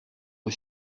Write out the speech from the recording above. aux